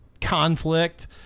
conflict